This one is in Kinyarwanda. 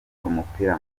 umupira